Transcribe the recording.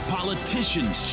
Politicians